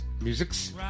Musics